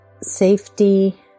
safety